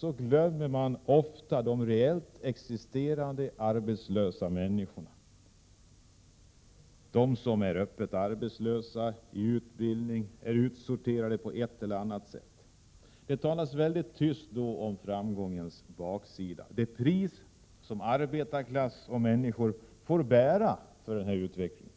sett, glömmer man ofta de reellt existerande arbetslösa människorna, de som är öppet arbetslösa, i utbildning eller utsorterade på ett eller annat sätt. Det talas mycket tyst om framgångens baksida, om det pris som arbetarklassens människor och andra får bära för denna utveckling.